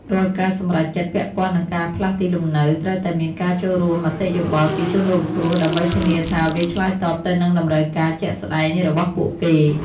រាល់ការសម្រេចចិត្តពាក់ព័ន្ធនឹងការផ្លាស់ទីលំនៅត្រូវតែមានការចូលរួមមតិយោបល់ពីជនរងគ្រោះ ដើម្បីធានាថាវាឆ្លើយតបទៅនឹងតម្រូវការជាក់ស្តែងរបស់ពួកគេ។